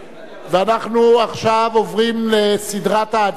אנחנו עכשיו עוברים לסדרת ההצבעות.